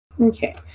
Okay